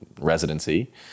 residency